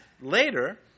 later